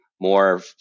more